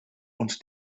und